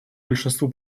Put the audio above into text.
большинству